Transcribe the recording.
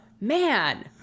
Man